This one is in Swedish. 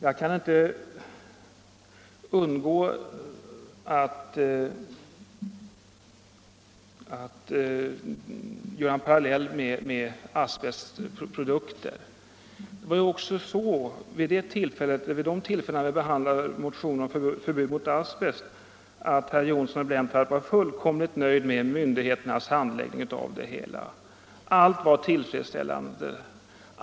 Jag kan inte undgå att dra en parallell med asbestprodukterna. Även vid de tillfällen då vi behandlade motioner om förbud mot asbest var herr Johnsson fullkomligt nöjd med myndigheternas handläggning. Allt var tillfredsställande.